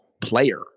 player